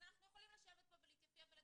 אז אנחנו יכולים לשבת פה ולהתייפייף ולהגיד,